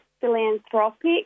philanthropic